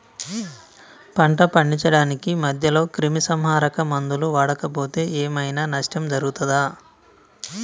పంట పండించడానికి మధ్యలో క్రిమిసంహరక మందులు వాడకపోతే ఏం ఐనా నష్టం జరుగుతదా?